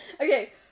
Okay